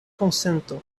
konsento